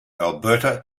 alberta